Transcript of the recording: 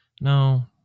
No